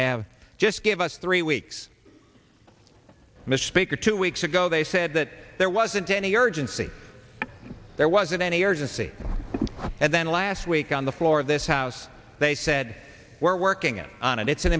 have just give us three weeks misspeak or two weeks ago they said that there wasn't any urgency there wasn't any urgency and then last week on the floor of this house they said we're working on it it's an